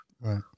right